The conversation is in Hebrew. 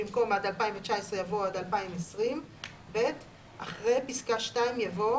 במקום ״עד 2019״ יבוא ״עד 2020״ ; אחרי פסקה (2) יבוא: